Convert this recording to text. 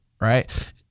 right